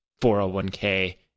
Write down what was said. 401k